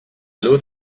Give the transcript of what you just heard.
luz